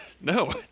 No